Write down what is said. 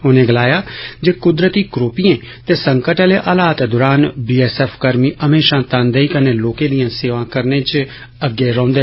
उनै गलाया जे कुदरती क्रोपियें ते संकट आहले हालात दौरान बी एस एफ हमेशा तनदेई कन्नै लोकें दियां सेवां करने च अग्गै रौहन्दी ऐ